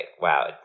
Wow